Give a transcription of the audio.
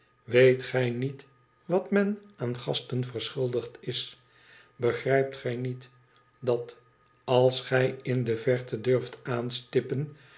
weet gij niet wat men aan gasten verschuldigd is begrijpt gij niet dat als gij in de verte durft aanppen